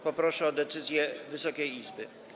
Poproszę o decyzję Wysokiej Izby.